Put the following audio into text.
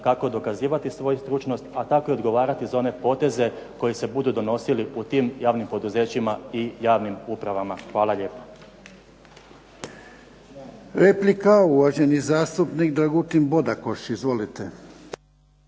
kako dokazivati svoju stručnost, a tako i odgovarati za one poteze koji se budu donosili u tim javnim poduzećima i javnim upravama. Hvala lijepo.